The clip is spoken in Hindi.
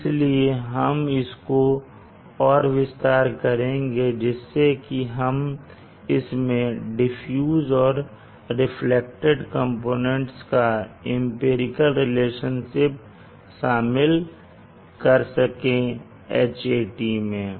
इसलिए हम इसको और विस्तार करेंगे जिससे कि हम इसमें डिफ्यूज और रिफ्लेक्टेड कंपोनेंट्स का एम्पिरिकल रिलेशनशिप शामिल कर सकें Hat मैं